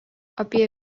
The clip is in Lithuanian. apie